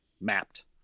mapped